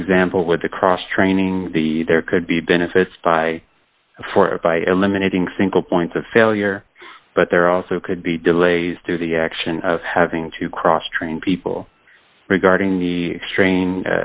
for example with the cross training the there could be benefits by a four by eliminating single points of failure but there also could be delays to the action of having to cross train people regarding the strain